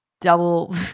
double